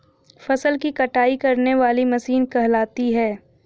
फसल की कटाई करने वाली मशीन कहलाती है?